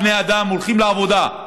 שבעה בני אדם הולכים לעבודה,